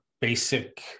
basic